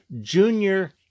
Junior